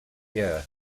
year